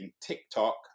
TikTok